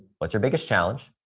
what's your biggest challenge,